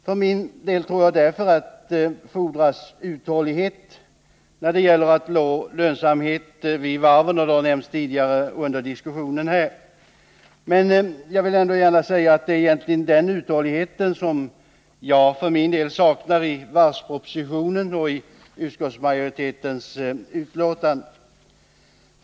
För min del tror jag därför att det fordras uthållighet när det gäller att nå lönsamhet vid varven, och det har nämnts tidigare under denna diskussion. Men jag vill ändå gärna säga att det egentligen är denna uthållighet som jag saknar i varvspropositionen och i utskottsmajoritetens betänkande.